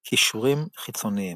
קישורים חיצוניים